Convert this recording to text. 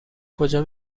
کجا